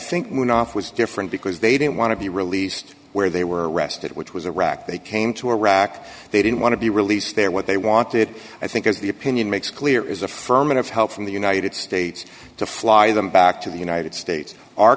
think went off was different because they didn't want to be released where they were arrested which was a rock they came to iraq they didn't want to be released there what they wanted i think as the opinion makes clear is affirmative help from the united states to fly them back to the united states